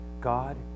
God